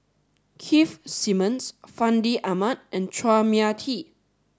Keith Simmons Fandi Ahmad and Chua Mia Tee